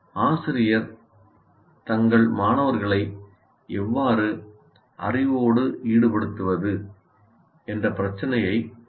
ஆசிரியர் தங்கள் மாணவர்களை எவ்வாறு அறிவோடு ஈடுபடுத்துவது என்ற பிரச்சினையை தீர்க்க வேண்டும்